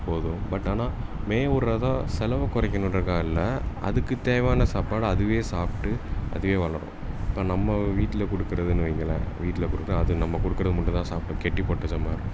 போதும் பட் ஆனால் மேய விட்றது தான் செலவை குறைக்கணுன்றக்காக இல்லை அதுக்குத் தேவையான சாப்பாடை அதுவே சாப்பிட்டு அதுவே வளரும் இப்போ நம்ம வீட்டில் கொடுக்கறதுன்னு வைங்களேன் வீட்டில் கொடுத்தா அது நம்ம கொடுக்கறது மட்டுந்தான் சாப்பிடும் கட்டிப் போட்டு வச்சோம்னா